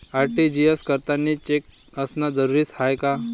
RTGS करतांनी cheque असनं जरुरीच हाय का?